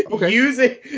using